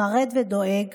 חרד ודואג